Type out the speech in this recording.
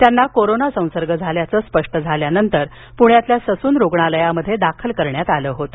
त्यांना कोरोना संसर्ग झाल्याचं स्पष्ट झाल्यानंतर प्रण्यातल्या ससून रुग्णालयात दाखल करण्यात आल होत